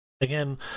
again